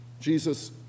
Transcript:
Jesus